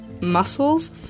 muscles